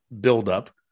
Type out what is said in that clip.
buildup